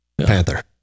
Panther